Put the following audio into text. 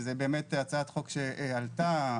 זו הצעת חוק שעלתה,